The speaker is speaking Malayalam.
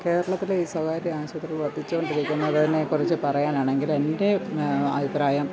കേരളത്തിലെ ഈ സ്വകാര്യ ആശുപത്രി വര്ദ്ധിച്ചുകൊണ്ടിരിക്കുന്നതിനെക്കുറിച്ച് പറയാനാണെങ്കിൽ എന്റെ അഭിപ്രായം